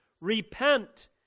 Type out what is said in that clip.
repent